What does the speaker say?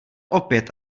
opět